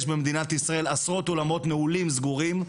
יש במדינת ישראל עשרות אולמות נעולים, סגורים,